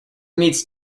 meets